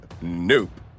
Nope